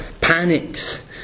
panics